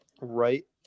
Right